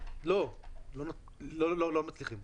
לא מצליחים.